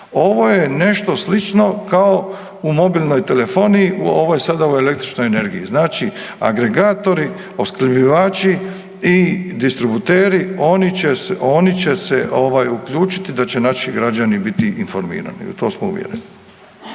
Ovo je nešto slično kao u mobilnoj telefoniji u ovoj sada u električnoj energiji. Znači agregatori, opskrbljivači i distributeri oni će se uključiti da će naši građani biti informirani i u to smo uvjereni.